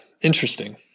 Interesting